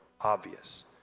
obvious